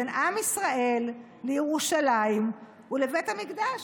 בין עם ישראל לירושלים ולבית המקדש.